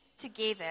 together